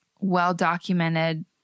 well-documented